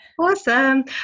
Awesome